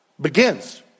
begins